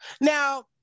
now